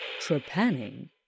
Trepanning